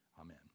Amen